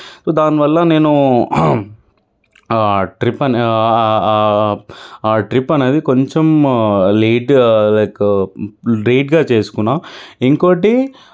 దానివల్ల నేను ఆ ట్రిప్ అనే ఆ ఆ ఆ ట్రిప్ అనేది కొంచెం లేట్ లైక్ లేటుగా చేసుకున్నాను ఇంకోకటి